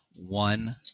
one